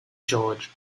george